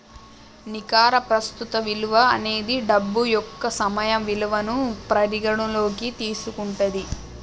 నికర ప్రస్తుత విలువ అనేది డబ్బు యొక్క సమయ విలువను పరిగణనలోకి తీసుకుంటది